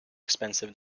expensive